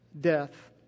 death